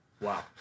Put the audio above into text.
Wow